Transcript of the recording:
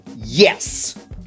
yes